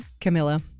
Camilla